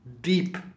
deep